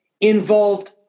involved